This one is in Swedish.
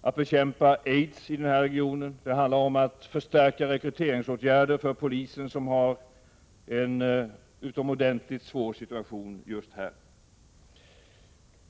att bekämpa aids i den här regionen. Det handlar om att förstärka åtgärderna för rekrytering till polisen, som har en utomordentligt svår situation just här.